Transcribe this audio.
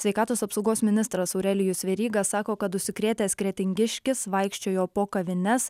sveikatos apsaugos ministras aurelijus veryga sako kad užsikrėtęs kretingiškis vaikščiojo po kavines